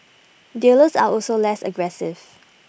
dealers are also less aggressive